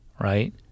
right